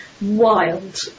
Wild